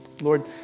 Lord